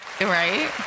Right